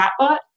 chatbot